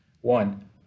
One